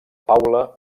paula